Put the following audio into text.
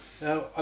now